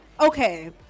Okay